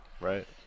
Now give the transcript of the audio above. Right